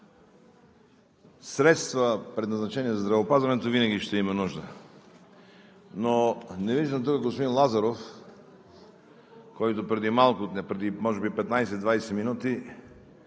средства, предназначени за здравеопазването, винаги ще има нужда. Но не виждам тук господин Лазаров, който преди малко, може би преди 15 – 20 минути,